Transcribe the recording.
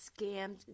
scammed